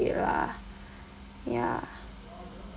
it lah ya